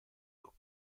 dopo